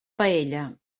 paella